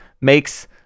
makes